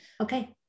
Okay